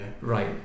right